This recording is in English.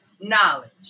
knowledge